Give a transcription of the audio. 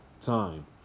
time